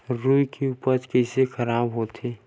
रुई के उपज कइसे खराब होथे?